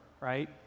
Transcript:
right